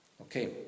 Okay